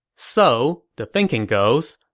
so, the thinking goes,